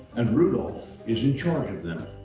and rudolph is in charge of them.